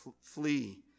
Flee